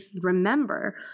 remember